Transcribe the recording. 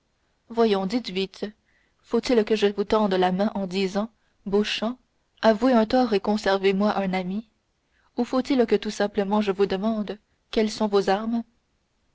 voyons dites vite faut-il que je vous tende la main en disant beauchamp avouez un tort et conservez moi un ami ou faut-il que tout simplement je vous demande quelles sont vos armes